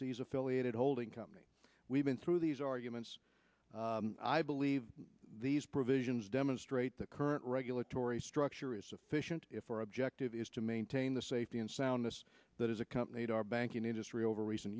sees affiliated holding company we've been through these arguments i believe these provisions demonstrate that current regulatory structure is sufficient if our objective is to maintain the safety and soundness that has accompanied our banking industry over re